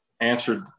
answered